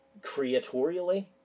creatorially